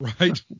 right